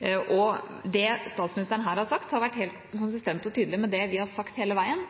Det statsministeren her har sagt, har vært helt konsistent og tydelig i forhold til det vi har sagt hele veien: